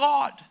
God